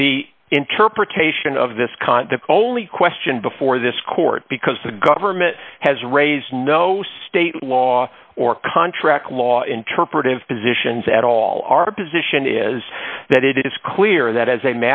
the interpretation of this concept only question before this court because the government has raised no state law or contract law interpretive positions at all our position is that it is clear that as a